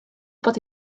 but